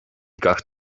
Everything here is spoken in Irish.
gach